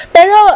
Pero